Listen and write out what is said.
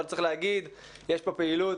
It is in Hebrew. אבל צריך להגיד שיש פה פעילות,